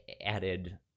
added